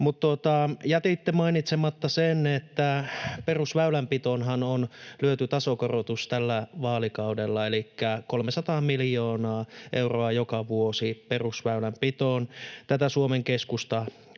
jätitte mainitsematta sen, että perusväylänpitoonhan on lyöty tasokorotus tällä vaalikaudella, elikkä 300 miljoonaa euroa joka vuosi perusväylänpitoon. Tätä Suomen Keskusta on